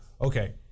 okay